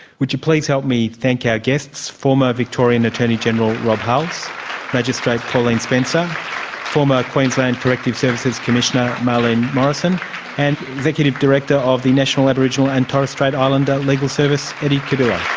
would you please help me thank our guests former victorian attorney general rob hulls magistrate pauline spencer former queensland corrective services commissioner marlene morison and executive director of the national aboriginal and torres strait islander legal service eddie cubillo.